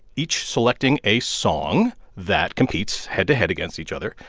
each selecting a song that competes head-to-head against each other.